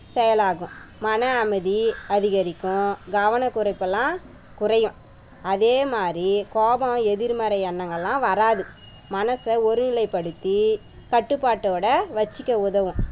செயலாகும் மன அமைதி அதிகரிக்கும் கவனக்குறைப்புலாம் குறையும் அதே மாதிரி கோபம் எதிர்மறை எண்ணங்கள்லாம் வராது மனசை ஒரு நிலைப்படுத்தி கட்டுப்பாட்டோட வச்சுக்க உதவும்